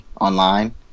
online